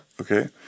Okay